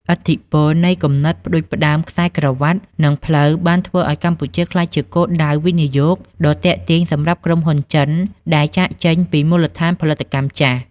ឥទ្ធិពលនៃ គំនិតផ្ដួចផ្ដើមខ្សែក្រវាត់ និងផ្លូវបានធ្វើឱ្យកម្ពុជាក្លាយជាគោលដៅវិនិយោគដ៏ទាក់ទាញសម្រាប់ក្រុមហ៊ុនចិនដែលចាកចេញពីមូលដ្ឋានផលិតកម្មចាស់។